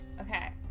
Okay